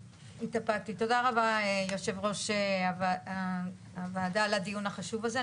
תודה רבה, יושב-ראש הוועדה על הדיון החשוב הזה.